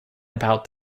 about